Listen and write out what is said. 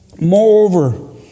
Moreover